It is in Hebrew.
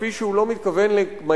כפי שהוא לא מתכוון לממש